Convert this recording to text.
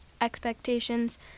expectations